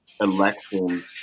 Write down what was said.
election